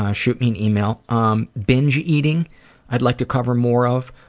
ah shoot me an email um binge eating i'd like to cover more of